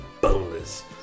boneless